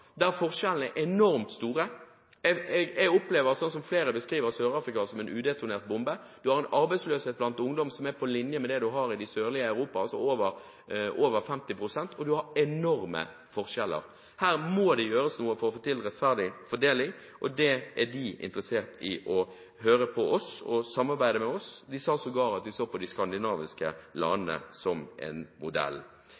der forskjellene er enormt store. Jeg opplever, slik flere beskriver, Sør-Afrika som en udetonert bombe. De har en arbeidsløshet blant ungdom som er på linje med det man har i Sør-Europa, på over 50 pst., og de har enorme forskjeller. Her må det gjøres noe for å få til en rettferdig fordeling, og det er de selv interessert i. De vil gjerne høre på oss og samarbeide med oss, og de sa sågar at de ser på de skandinaviske